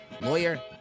lawyer